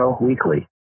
weekly